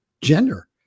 gender